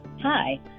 Hi